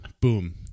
boom